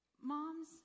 Mom's